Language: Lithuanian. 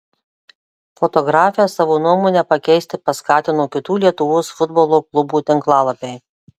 fotografę savo nuomonę pakeisti paskatino kitų lietuvos futbolo klubų tinklalapiai